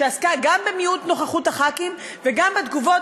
שעסקה גם במיעוט נוכחות חברי הכנסת וגם בתגובות,